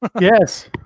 Yes